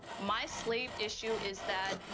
my sleep issue is that.